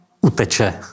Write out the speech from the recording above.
uteče